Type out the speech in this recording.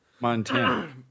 Montana